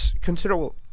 considerable